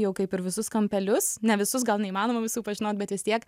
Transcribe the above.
jau kaip ir visus kampelius ne visus gal neįmanoma visų pažinot bet vis tiek